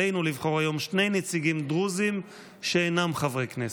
עלינו לבחור היום שני נציגים דרוזים שאינם חברי כנסת.